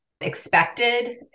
expected